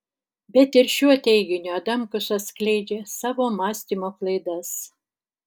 bet ir šiuo teiginiu adamkus atskleidžia savo mąstymo klaidas